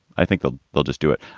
i think they'll they'll just do it.